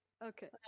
Okay